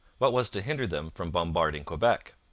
what was to hinder them from bombarding quebec?